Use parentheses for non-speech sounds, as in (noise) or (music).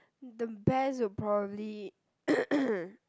the best will probably (noise)